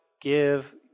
give